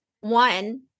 One